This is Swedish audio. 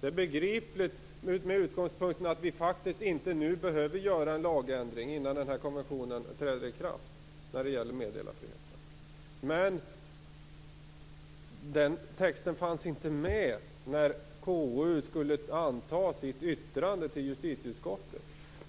Det är begripligt med utgångspunkten att vi faktiskt inte nu behöver göra en lagändring när det gäller meddelarfriheten innan konventionen träder i kraft. Men den texten fanns inte med när KU skulle lämna sitt yttrande till justitieutskottet.